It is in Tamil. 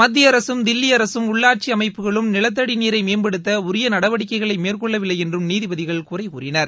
மத்தியஅரசும் தில்லி அரசும் உள்ளாட்சி அமைப்புகளும் நிலத்தடி நீரை மேம்படுத்த உரிய நடவடிக்கைகளை மேற்கொள்ளவில்லை என்றும் நீதிபதிகள் குறை கூறினர்